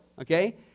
Okay